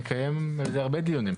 נקיים על זה הרבה דיונים.